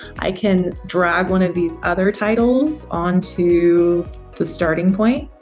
i can drag one of these other titles onto the starting point,